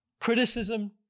criticism